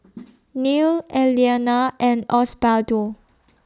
Neal Elianna and Osbaldo